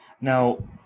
Now